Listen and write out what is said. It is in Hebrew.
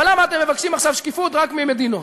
אבל למה אתם מבקשים עכשיו שקיפות רק ממדינות?